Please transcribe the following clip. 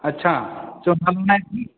ਅੱਛਾ ਝੋਨਾ ਨਹੀਂ ਲਾਇਆ ਐਂਤਕੀ